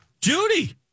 Judy